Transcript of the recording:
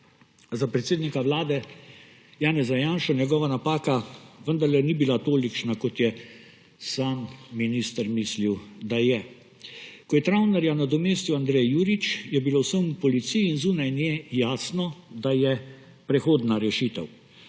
Za predsednika vlade Janeza Janšo njegova napaka vendarle ni bila tolikšna, kot je sam minister mislil, da je. Ko je Travnerja nadomestil Andrej Jurič, je bilo vsem v Policiji in zunaj nje jasno, da je prehodna rešitev.